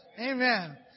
Amen